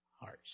hearts